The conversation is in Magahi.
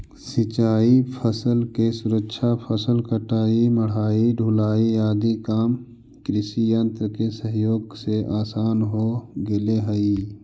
सिंचाई फसल के सुरक्षा, फसल कटाई, मढ़ाई, ढुलाई आदि काम कृषियन्त्र के सहयोग से आसान हो गेले हई